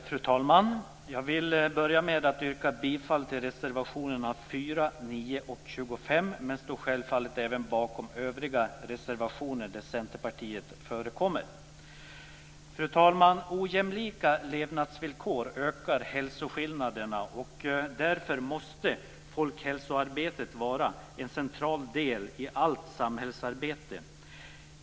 Fru talman! Jag vill börja med att yrka bifall till reservationerna 4, 9 och 25, men jag står självfallet bakom även övriga reservationer där Centerpartiet finns med. Ojämlika levnadsvillkor ökar hälsoskillnaderna, och därför måste folkhälsoarbetet vara en central del i allt samhällsarbete.